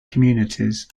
communities